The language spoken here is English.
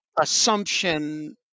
assumption